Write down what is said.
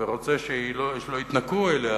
ורוצה שלא יתנכרו אליה,